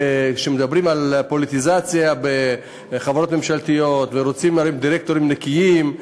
מדברים על פוליטיזציה בחברות ממשלתיות ורוצים להרים דירקטורים נקיים,